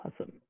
Awesome